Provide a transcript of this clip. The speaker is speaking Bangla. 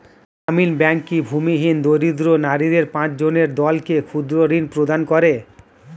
গ্রামীণ ব্যাংক কি ভূমিহীন দরিদ্র নারীদের পাঁচজনের দলকে ক্ষুদ্রঋণ প্রদান করে?